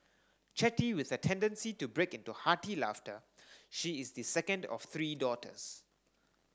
chatty with a tendency to break into hearty laughter she is the second of three daughters